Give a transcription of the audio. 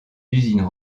usines